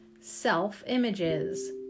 self-images